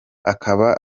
akaba